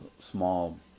small